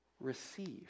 Receive